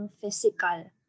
physical